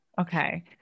Okay